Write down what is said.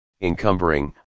encumbering